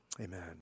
amen